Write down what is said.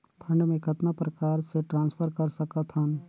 Fund मे कतना प्रकार से ट्रांसफर कर सकत हन?